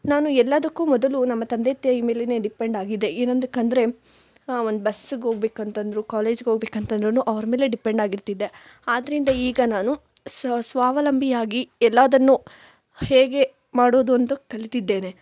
ನಾನು ಎಲ್ಲದ್ದಕ್ಕು ಮೊದಲು ನಮ್ಮ ತಂದೆ ತಾಯಿ ಮೇಲೆಯೇ ಡಿಪೆಂಡ್ ಆಗಿದ್ದೆ ಏನೊಂದ್ದಕೆಂದ್ರೆ ಒಂದು ಬಸ್ಸ್ಗೋಗ್ಬೇಕಂತೆಂದ್ರು ಕಾಲೇಜ್ಗೋಗ್ಬೇಕಂತೆಂದ್ರೂ ಅವರ ಮೇಲೆ ಡಿಪೆಂಡ್ ಆಗಿರ್ತಿದ್ದೆ ಆದ್ರಿಂದ ಈಗ ನಾನು ಸ್ವಾವಲಂಬಿಯಾಗಿ ಎಲ್ಲವನ್ನು ಹೇಗೆ ಮಾಡುವುದೆಂದು ಕಲಿತಿದ್ದೇನೆ